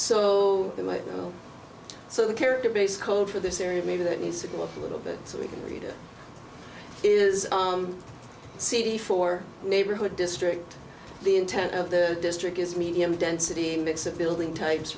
you might know so the character base code for this area maybe that needs to go up a little bit so we can read it is cd for neighborhood district the intent of the district is medium density mix of building types